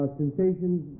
sensations